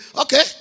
Okay